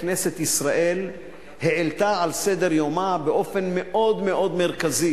כנסת ישראל העלתה על סדר-יומה באופן מאוד מאוד מרכזי